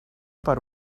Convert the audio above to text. per